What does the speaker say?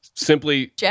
simply